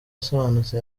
isobanutse